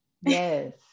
Yes